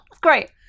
Great